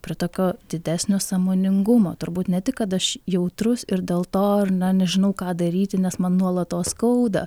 prie tokio didesnio sąmoningumo turbūt ne tik kad aš jautrus ir dėl to ar na nežinau ką daryti nes man nuolatos skauda